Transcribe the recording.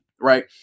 right